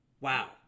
wow